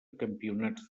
campionats